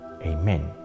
amen